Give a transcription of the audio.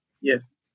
Yes